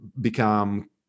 become